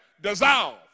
dissolve